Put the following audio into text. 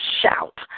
shout